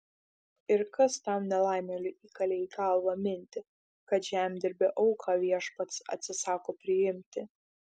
ir kas tam nelaimėliui įkalė į galvą mintį kad žemdirbio auką viešpats atsisako priimti